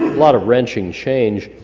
lot of wrenching change,